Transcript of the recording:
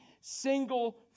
single